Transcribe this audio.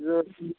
ضروٗرت